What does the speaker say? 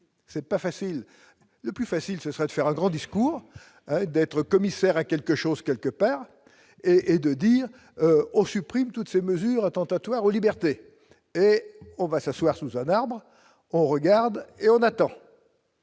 c'est pas facile, le plus facile, ce serait de faire un grand discours d'être commissaire à quelque chose quelque part et et de dire aux supprime toutes ces mesures attentatoires aux libertés et on va s'asseoir, Suzanna arbre on regarde et on attend.